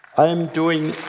i'm doing